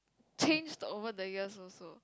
changed over the years also